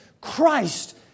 Christ